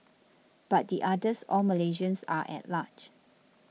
but the others all Malaysians are at large